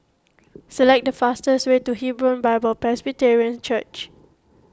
select the fastest way to Hebron Bible Presbyterian Church